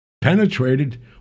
Penetrated